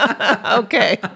Okay